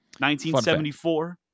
1974